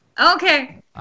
Okay